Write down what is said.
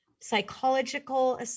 psychological